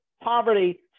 poverty